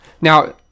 Now